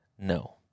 no